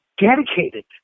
dedicated